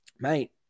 mate